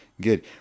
good